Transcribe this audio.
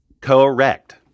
correct